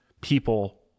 people